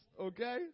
okay